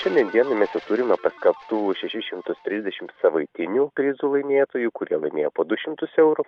šiandien dienai mes jau turime paskelbtų šeši šimtus trisdešimt savaitinių prizų laimėtojų kurie laimėjo po du šimtus eurų